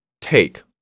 take